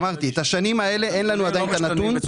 אמרתי את השנים האלה אין לנו עדיין את הנתון,